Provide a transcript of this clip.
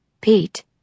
Pete